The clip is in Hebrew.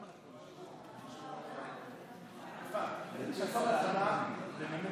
תודה רבה, אדוני